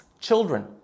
Children